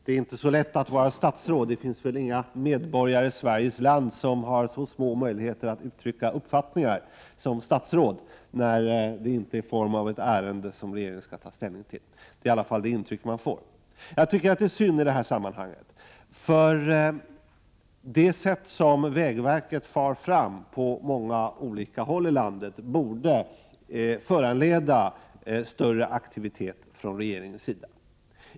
Det är inte så lätt att vara statsråd. Det finns väl ingen medborgare i Sveriges land som har så små möjligheter att uttrycka uppfattningar som statsråd, om det inte är ett ärende som regeringen skall ta ställning till. Det är i alla fall detta intryck jag får. Det är synd i det här sammanhanget. Det sätt på vilket vägverket far fram på många olika håll i landet borde föranleda större aktivitet från regeringens sida.